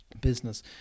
business